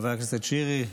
חברי הכנסת שירי,